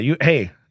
Hey